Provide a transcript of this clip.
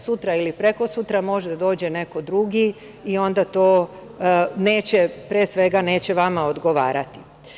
Sutra ili prekosutra može da dođe neko drugi i onda to neće, pre svega, neće vama odgovarati.